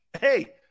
Hey